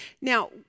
now